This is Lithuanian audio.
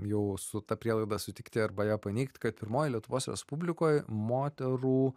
jau su ta prielaida sutikti arba ją paneigt kad pirmojoj lietuvos respublikoj moterų